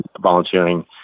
volunteering